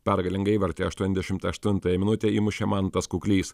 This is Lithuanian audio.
pergalingą įvartį aštuoniasdešimt aštuntąją minutę įmušė mantas kuklys